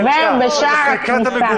הוא עובר בשער הכניסה.